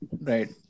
right